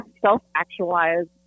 self-actualized